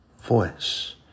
voice